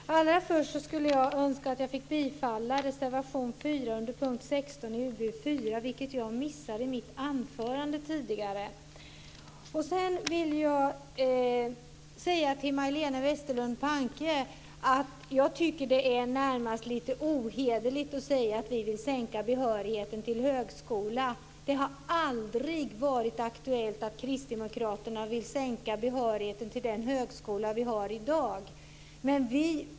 Herr talman! Först önskar jag yrka bifall till reservation 4 under punkt 16 i UbU4, vilket jag missade i mitt anförande tidigare. Till Majléne Westerlund Panke vill jag säga att jag tycker att det närmast är lite ohederligt att säga att vi vill sänka behörigheten till högskolan. Det har aldrig varit aktuellt att Kristdemokraterna vill sänka behörigheten till den högskola vi har i dag.